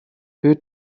her